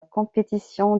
compétition